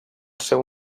seu